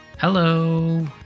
Hello